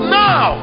now